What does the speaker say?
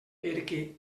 perquè